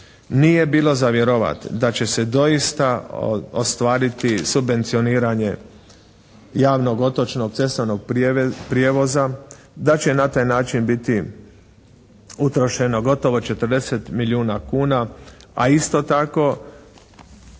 Nije bilo za vjerovati da će se doista ostvariti subvencioniranje javnog otočnog cestovnog prijevoza, da će na taj način biti utrošeno gotovo 40 milijuna kuna, a isto tako